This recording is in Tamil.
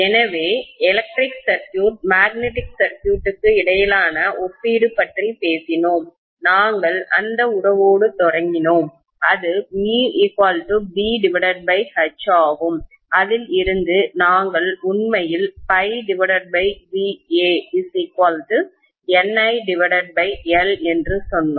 எனவே எலக்ட்ரிக் சர்க்யூட் மேக்னெட்டிக் சர்க்யூட்க்கு இடையிலான ஒப்பீடு பற்றி பேசினோம் நாங்கள் அந்த உறவோடு தொடங்கினோம் அது μ B H ஆகும் அதில் இருந்து நாங்கள் உண்மையில் ∅BANil என்று சொன்னோம்